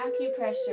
acupressure